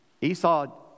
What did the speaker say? Esau